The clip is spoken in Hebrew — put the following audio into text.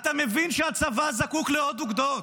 אתה מבין שהצבא זקוק לעוד אוגדות,